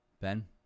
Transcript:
Ben